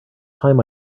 time